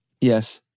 Yes